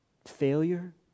Failure